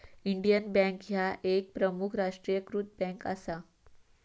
Indian bank ह्या एक प्रमुख राष्ट्रीयीकृत बँक असा